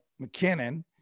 McKinnon